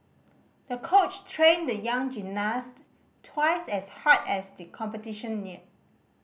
the coach trained the young gymnast twice as hard as the competition neared